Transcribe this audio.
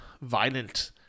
violent